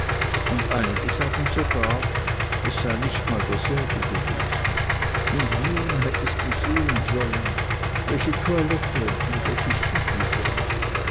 und einige sagen sogar es sei nicht mal derselbe gewesen und nun hättest du sehen sollen welche toilette und welche